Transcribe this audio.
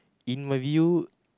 in my view